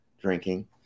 drinking